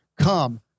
come